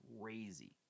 crazy